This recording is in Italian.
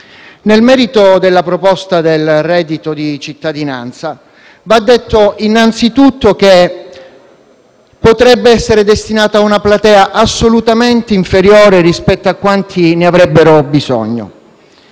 Nel merito della proposta del reddito di cittadinanza va detto innanzitutto che potrebbe essere destinato a una platea assolutamente inferiore rispetto a quanti ne avrebbero bisogno.